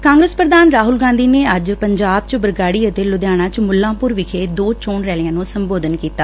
ਕਾਂਗਰਸ ਪ੍ਰਧਾਨ ਰਾਹੁਲ ਗਾਂਧੀ ਨੇ ਅੱਜ ਪੰਜਾਬ ਚ ਬਰਗਾਡੀ ਅਤੇ ਲੁਧਿਆਣਾ ਚ ਮੁਲਾਂਪੁਰ ਵਿਖੇ ਦੋ ਚੋਣ ਰੈਲੀਆਂ ਨੂੰ ਸੰਬੋਧਿਤ ਕੀਤਾ